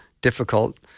difficult